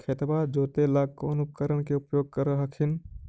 खेतबा जोते ला कौन उपकरण के उपयोग कर हखिन?